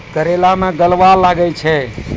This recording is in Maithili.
करेला मैं गलवा लागे छ?